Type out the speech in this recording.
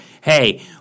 hey